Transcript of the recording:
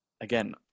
Again